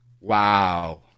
Wow